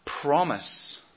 promise